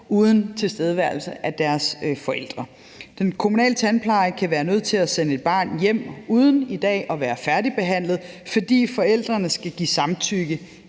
uden tilstedeværelse af deres forældre. Den kommunale tandpleje kan i dag være nødt til at sende et barn hjem uden at være færdigbehandlet, fordi forældrene skal give samtykke